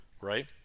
right